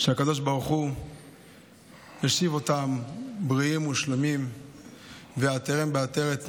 שהקדוש ברוך הוא ישיב אותם בריאים ושלמים ויעטרם בעטרת ניצחון,